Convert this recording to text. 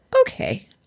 okay